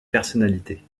personnalités